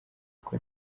kuko